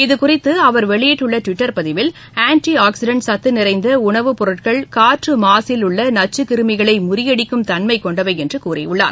இதுகுறித்து அவர் வெளியிட்டுள்ள டுவிட்டர் பதிவில் ஆன்டி ஆக்ஸிடென்ட் சத்து நிறைந்த உணவுப் பொருட்கள் காற்று மாசில் உள்ள நச்சுக்கிருமிகளை முறியடிக்கும் தன்மை கொண்டவை என்று கூறியுள்ளார்